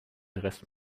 rest